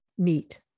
Neat